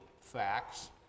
facts